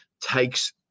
takes